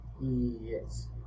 Yes